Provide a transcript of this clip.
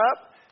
up